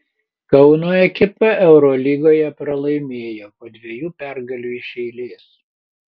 kauno ekipa eurolygoje pralaimėjo po dviejų pergalių iš eilės